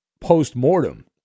post-mortem